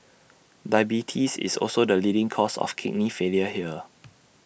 diabetes is also the leading cause of kidney failure here